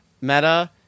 meta